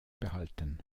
behalten